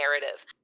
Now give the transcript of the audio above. narrative